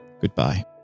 goodbye